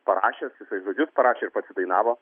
parašęs jisai žodžius parašė ir pats įdainavo